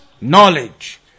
knowledge